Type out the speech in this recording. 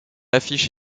affiche